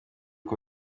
uko